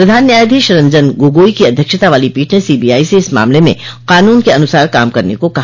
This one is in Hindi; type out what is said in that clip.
प्रधान न्यायाधीश रंजन गोगोई की अध्यक्षता वाली पीठ ने सीबीआई से इस मामले में कानून के अनुसार काम करने को कहा